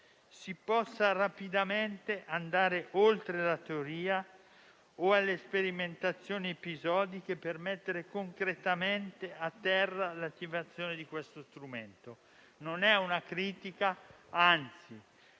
si possa rapidamente andare oltre la teoria o le sperimentazioni episodiche, per mettere concretamente a terra l'attivazione di tale strumento. Non è una critica, anzi: